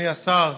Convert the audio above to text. אדוני השר,